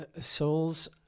souls